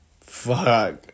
fuck